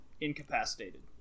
incapacitated